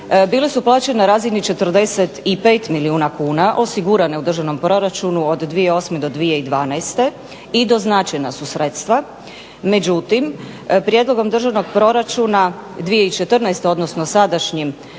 Bile su plaće na razini 45 milijuna kuna osigurane u državnom proračunu od 2008.-2012. i doznačena su sredstva. Međutim, prijedlogom državno proračuna 2014. odnosno sadašnjim